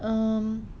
um